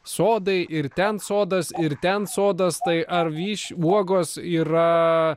sodai ir ten sodas ir ten sodas tai ar vyš uogos yra